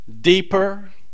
deeper